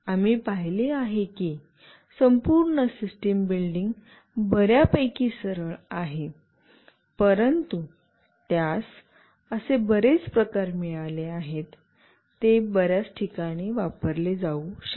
आम्ही पाहिले आहे की संपूर्ण सिस्टिम बिल्डिंग बर्यापैकी सरळ आहे परंतु त्यास असे बरेच प्रकार मिळाले आहेत ते बर्याच ठिकाणी वापरले जाऊ शकते